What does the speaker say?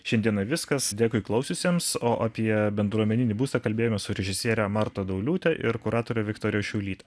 šiandieną viskas dėkui klausiusiems o apie bendruomeninį būstą kalbėjomės su režisiere marta dauliūte ir kuratore viktorija šiaulyte